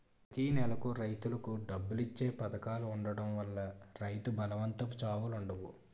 ప్రతి నెలకు రైతులకు డబ్బులు ఇచ్చే పధకాలు ఉండడం వల్ల రైతు బలవంతపు చావులుండవు